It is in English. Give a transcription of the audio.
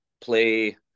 play